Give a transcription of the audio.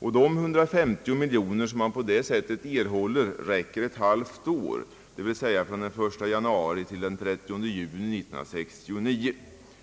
De 150 miljoner man då erhåller räcker ett halvår, från den 1 januari till den 30 juni 1969.